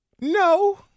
No